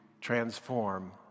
transform